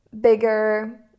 bigger